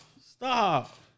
stop